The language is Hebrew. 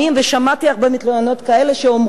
ושמעתי הרבה מתלוננות שאומרות,